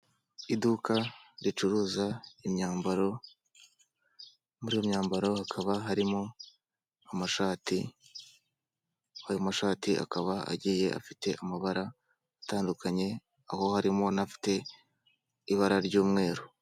Iduka ricuruza imyambaro, muri iyo myambaro hakaba harimo amashati. Kuri ayo mashati akaba agiye afite amabara atandukanye aho harimo n'afite ibara ry'umweru.